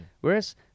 Whereas